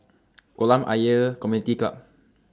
Kolam Ayer Community Club